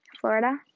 Florida